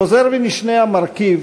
חוזר ונשנה המרכיב